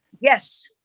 yes